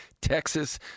Texas